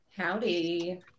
Howdy